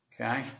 okay